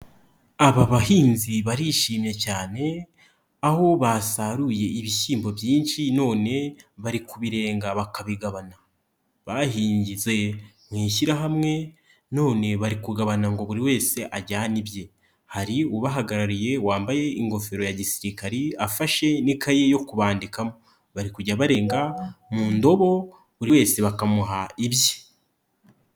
Aba bahinzi barishimye cyane, aho basaruye ibishyimbo byinshi none bari kubirenga bakabigabana. Bahinze mu ishyirahamwe none bari kugabana ngo buri wese ajyane ibye. Hari ubahagarariye wambaye ingofero ya gisirikari, afashe n'ikayi yo kubandikamo, bari kujya barenga mu ndobo buri wese bakamuha ibye.